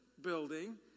building